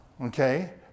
okay